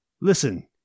Listen